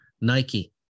Nike